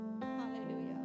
Hallelujah